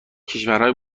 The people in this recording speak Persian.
کشورهای